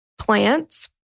Plants